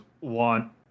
want